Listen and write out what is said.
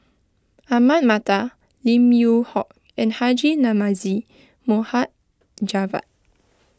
Ahmad Mattar Lim Yew Hock and Haji Namazie Mohd Javad